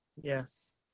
Yes